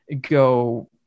go